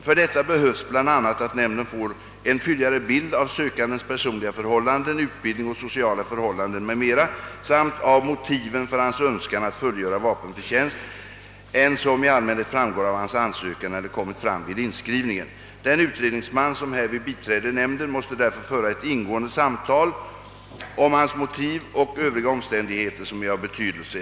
För detta behövs, bland annat, att nämnden får en fylligare bild av sökandens personliga förhållanden, utbildnig och sociala förhålladen m.m. samt av motiven för hans önskan att fullgöra vapenfri tjänst än som i allmänhet framgår av hans ansökan eller kommit fram vid inskrivningen. Den utredningsman som härvid biträder nämnden måste därför föra ett ingående samtal med sökanden om hans motiv och övriga omständigheter som är av betydelse.